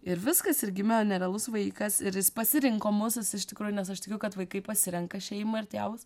ir viskas ir gimė nerealus vaikas ir jis pasirinko mus jis iš tikrųjų nes aš tikiu kad vaikai pasirenka šeimą ir tėvus